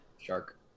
Shark